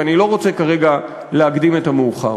ואני לא רוצה כרגע להקדים את המאוחר.